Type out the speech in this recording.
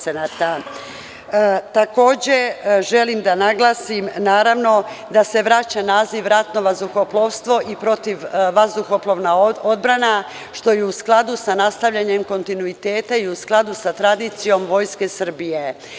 Takođe, želim da naglasim da se vraća naziv Ratno vazduhoplovstvo i protivazduhoplovna odbrana, što je u skladu sa nastavljanjem kontinuiteta i u skladu sa tradicijom Vojske Srbije.